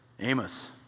Amos